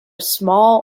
small